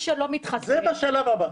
בשלב הבא.